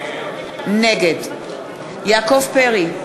נגד יעקב פרי,